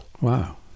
wow